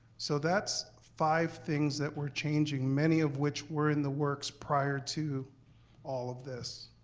so that's five things that we're changing, many of which were in the works prior to all of this.